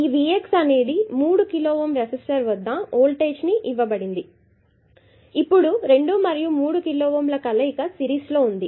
ఈ Vx అనేది 3 కిలోΩ రెసిస్టర్ వద్ద వోల్టేజ్ అని ఇవ్వబడినది ఇప్పుడు 2 మరియు 3 కిలోΩ ల కలయిక సిరీస్లో ఉంది